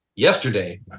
Yesterday